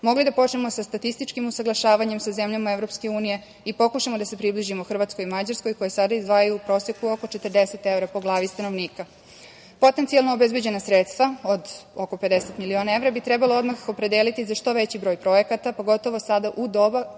mogli da počnemo sa statističkim usaglašavanjem sa zemljama EU i pokušamo da se približimo Hrvatskoj i Mađarskoj, koje sada izdvajaju u proseku oko 40 evra po glavi stanovnika. Potencijalno obezbeđena sredstva od oko 50 miliona evra bi trebalo odmah opredeliti za što veći broj projekata, pogotovo sada u doba